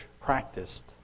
practiced